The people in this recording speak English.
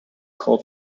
call